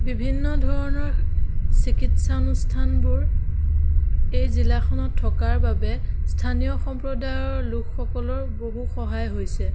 বিভিন্ন ধৰণৰ চিকিৎসা অনুস্থানবোৰ এই জিলাখনত থকাৰ বাবে স্থানীয় সম্প্ৰদায়ৰ লোকসকলৰ বহু সহায় হৈছে